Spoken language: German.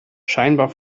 scheinbar